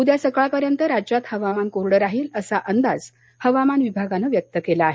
उद्या सकाळपर्यंत राज्यात हवामान कोरडं राहील असा अंदाज हवामान विभागानं व्यक्त केला आहे